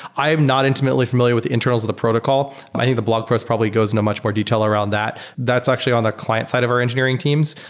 i'm not intimately familiar with the internals of the protocol. i think the blog post probably goes in a much more detail around that. that's actually on the client-side of our engineering teams.